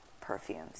perfumes